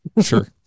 Sure